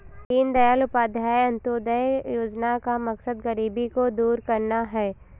दीनदयाल उपाध्याय अंत्योदय योजना का मकसद गरीबी को दूर करना है